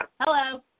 Hello